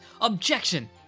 Objection